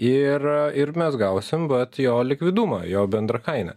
ir ir mes gausim vat jo likvidumą jo bendrą kainą